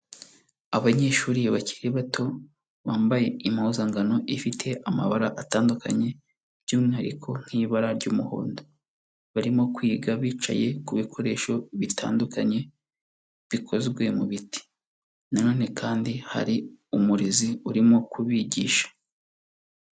Abanyeshuri bakiri bato bambaye impuzankano ifite amabara atandukanye by'umwihariko nk'ibara ry'umuhondo, barimo kwiga bicaye ku bikoresho bitandukanye bikozwe mu biti, na none kandi hari umurezi urimo kubigisha.